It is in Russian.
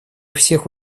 всех